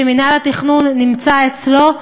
שמינהל התכנון נמצא אצלו,